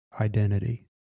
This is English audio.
identity